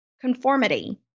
conformity